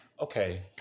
okay